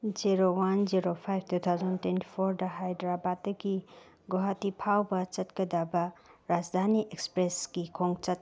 zero one zero five two thousand twenty ꯐꯣꯔꯗ ꯍꯥꯏꯗ꯭ꯔꯕꯥꯠꯇꯒꯤ ꯒꯨꯍꯥꯇꯤ ꯐꯥꯎꯕ ꯆꯠꯀꯗꯕ ꯔꯥꯁꯗꯥꯅꯤ ꯑꯦꯛꯁꯄ꯭ꯔꯦꯁꯀꯤ ꯈꯣꯡꯆꯠ